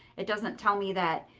it doesn't tell me that